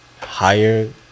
higher